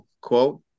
quote